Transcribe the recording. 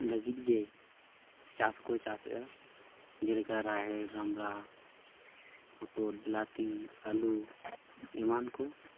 ᱞᱟᱹᱜᱤᱫᱜᱮ ᱪᱟᱥᱠᱚ ᱪᱟᱥᱮᱫᱼᱟ ᱡᱮᱞᱮᱠᱟ ᱨᱟᱦᱮᱲ ᱨᱟᱢᱲᱟ ᱦᱚᱛᱚᱫ ᱵᱤᱞᱟᱹᱛᱤ ᱟᱞᱩ ᱮᱢᱟᱱᱠᱚ